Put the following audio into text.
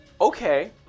Okay